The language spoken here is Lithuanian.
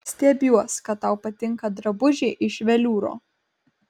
stebiuos kad tau patinka drabužiai iš veliūro